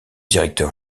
directeur